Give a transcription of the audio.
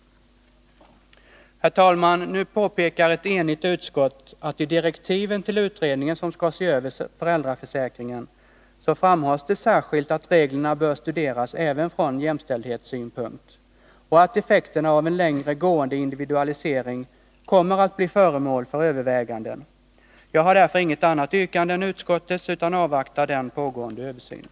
Herr talman! Nu påpekar ett enigt utskott att det i direktiven till utredningen som skall se över föräldraförsäkringen särskilt framhålls att reglerna bör studeras även från jämställdhetssynpunkt och att effekterna av en längre gående individualisering kommer att bli föremål för överväganden. Jag har därför inget annat yrkande än utskottets, utan avvaktar den pågående översynen.